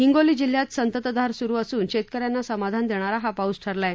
हिंगोली जिल्ह्यात संततधार सुरू असून शेतकऱ्यांना समाधान देणारा हा पाऊस ठरला आहे